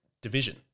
division